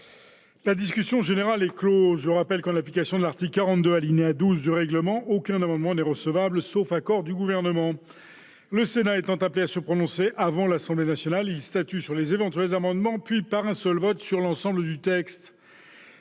la commission mixte paritaire. Je rappelle que, en application de l'article 42, alinéa 12, du règlement, aucun amendement n'est recevable, sauf accord du Gouvernement ; en outre, le Sénat étant appelé à se prononcer avant l'Assemblée nationale, il statue d'abord sur les amendements puis, par un seul vote, sur l'ensemble du texte.